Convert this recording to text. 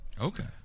Okay